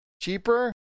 Cheaper